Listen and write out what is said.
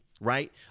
right